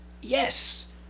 yes